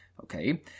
Okay